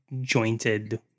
jointed